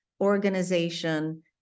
organization